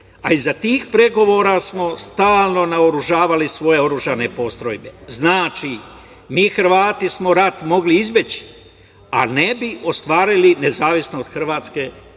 a iza tih pregovora smo stalno naoružavali svoje oružane postojbe. Znači, mi Hrvati smo rat mogli izbeći, a ne bi ostvarili nezavisnost Hrvatske, završen